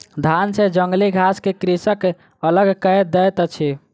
धान सॅ जंगली घास के कृषक अलग कय दैत अछि